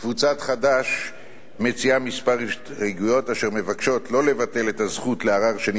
קבוצת חד"ש מציעה כמה הסתייגויות אשר מבקשות לא לבטל את הזכות לערר שני